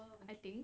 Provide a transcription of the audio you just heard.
I think